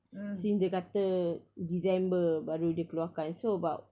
since dia kata december baru dia keluarkan so about